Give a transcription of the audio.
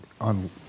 on